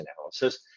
analysis